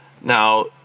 Now